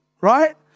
right